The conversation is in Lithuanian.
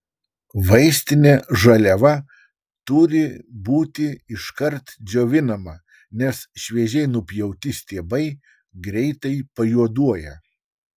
vaistinė žaliava turi būti iškart džiovinama nes šviežiai nupjauti stiebai greitai pajuoduoja